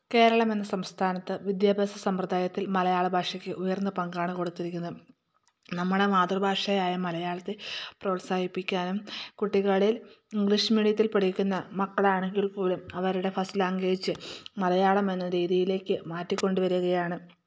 കേരളമെന്ന സംസ്ഥാനത്ത് വിദ്യാഭ്യാസ സമ്പ്രദായത്തിൽ മലയാള ഭാഷയ്ക്ക് ഉയർന്ന പങ്കാണ് കൊടുത്തിരിക്കുന്നത് നമ്മുടെ മാതൃഭാഷയായ മലയാളത്തെ പ്രോത്സാഹിപ്പിക്കാനും കുട്ടികളിൽ ഇംഗ്ലീഷ് മീഡിയത്തിൽ പഠിക്കുന്ന മക്കളാണെങ്കിൽ പോലും അവരുടെ ഫസ്റ്റ് ലാംഗ്വേജ് മലയാളമെന്ന രീതിയിലേയ്ക്ക് മാറ്റിക്കൊണ്ടുവരികയാണ്